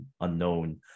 unknown